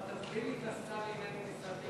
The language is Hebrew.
רק תסביר לי את השר לעניינים אסטרטגיים.